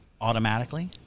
automatically